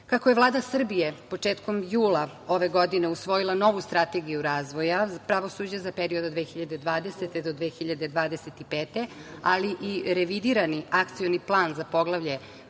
evra. Kako je Vlada Srbije početkom jula ove godine usvojila novu strategiju razvoja pravosuđa za period od 2020. do 2025. godine, ali i revidirani akcioni plan za poglavlje